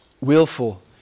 Willful